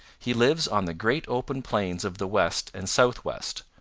he lives on the great open plains of the west and southwest,